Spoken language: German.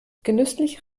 genüsslich